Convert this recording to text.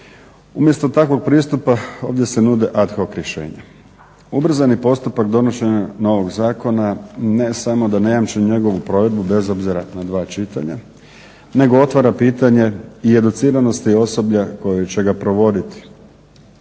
Umjesto takvog pristupa ovdje se nude ad hoc rješenja. Ubrzani postupak donošenja novog zakona ne samo da ne jamči njegovu provedbu bez obzira na dva čitanja, nego otvara pitanje i educiranosti osoblja koje će ga provoditi.